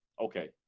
Okay